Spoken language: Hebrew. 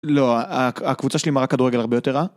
לא, הקבוצה שלי מראה כדורגל הרבה יותר רע.